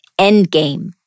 endgame